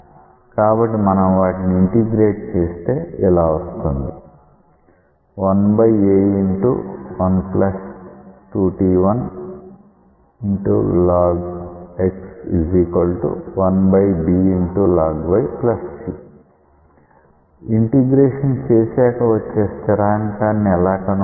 కాబట్టి మనం వాటిని ఇంటిగ్రేట్ చేస్తే ఇలా వస్తుంది ఇంటెగ్రేషన్ చేశాక వచ్చే స్థిరాంకాన్ని ఎలా కనుక్కుంటాం